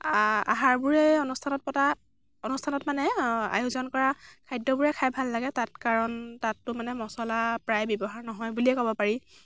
আহাৰবোৰেই অনুষ্ঠানত পতা অনুষ্ঠানত মানে আয়োজন কৰা খাদ্য়বোৰেই খাই ভাল লাগে তাত কাৰণ তাতটো মানে মচলা প্ৰায় ব্য়ৱহাৰ নহয় বুলিয়েই ক'ব পাৰি